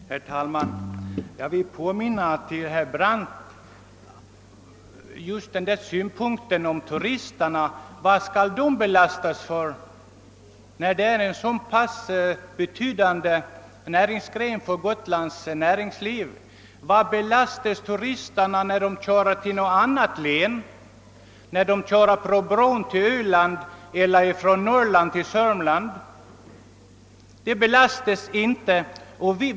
Herr talman! Jag vill påminna herr Brandt om att turismen är en verksamhet av mycket stor betydelse för Gotlands näringsliv. Varför skall turisterna belastas med skatt på transporter till och från Gotland? De behöver ju inte betala mervärdeskatt när de kör till eller från något annat län, exempelvis över bron från Öland eller från Norrland till södra Sverige.